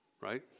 right